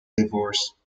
divorce